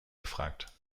gefragt